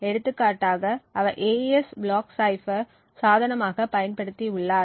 எடுத்துக்காட்டாக அவர் AES block cipher சாதனமாக பயன்படுத்தி உள்ளார்